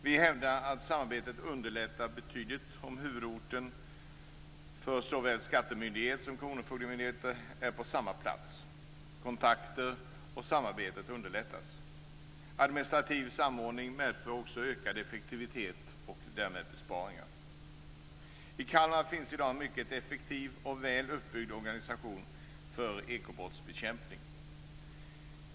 Vi hävdar att samarbete underlättas betydligt om huvudorten för såväl skattemyndigheten som kronofogdemyndigheten är på samma plats. Kontakter och samarbete underlättas. Administrativ samordning medför också ökad effektivitet och därmed besparingar. I Kalmar finns det i dag en mycket effektiv och väl uppbyggd organisation för ekobrottsbekämpning.